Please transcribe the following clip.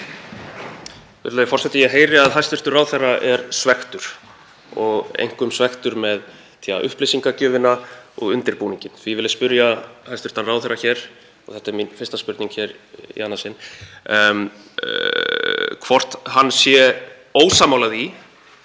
þetta er mín fyrsta spurning hér í annað sinn, hvort hann sé ósammála